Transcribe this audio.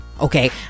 Okay